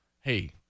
hey